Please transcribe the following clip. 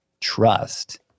trust